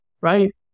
right